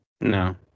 No